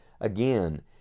again